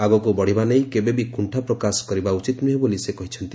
ଆଗକୁ ବଢ଼ିବା ନେଇ କେବେ ବି କୁଣ୍ଠା ପ୍ରକାଶ କରିବା ଉଚିତ ନୁହେଁ ବୋଲି ସେ କହିଛନ୍ତି